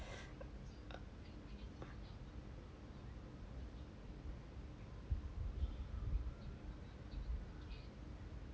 uh